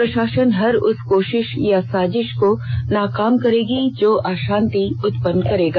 प्रषासन हर उस कोशिश या साजिश को नाकाम करेगी जो अशांति उत्पन्न करेगा